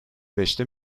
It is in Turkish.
beşte